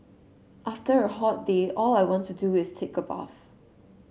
after a hot day all I want to do is take a bath